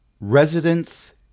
residents